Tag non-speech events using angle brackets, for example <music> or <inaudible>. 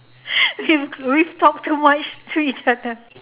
<laughs> we've we've talked too much to each other